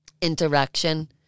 interaction